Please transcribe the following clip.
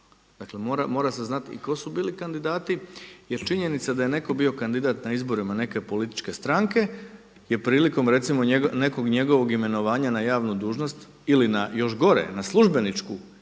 dakle mora se znati i tko su bili kandidati. Jer činjenica da je netko bio kandidat na izborima neke političke stranke je prilikom recimo nekog njegovog imenovanja na javnu dužnost ili na još gore, na službeničku